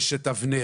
יש את אבנר,